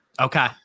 Okay